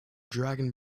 dragon